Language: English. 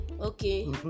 Okay